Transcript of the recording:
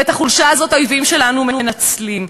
ואת החולשה הזאת האויבים שלנו מנצלים.